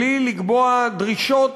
ובלי לקבוע דרישות